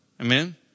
Amen